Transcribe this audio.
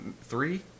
Three